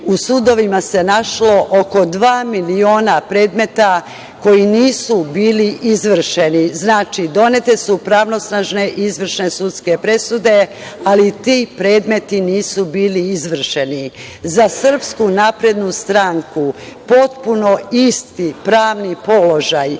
u sudovima se našlo oko dva miliona predmeta koji nisu bili izvršeni. Znači, donete su pravosnažne i izvršne sudske presude, ali ti predmeti nisu bili izvršeni.Za SNS stranku potpuno isti pravni položaj